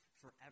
forever